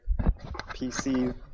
PC